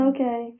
Okay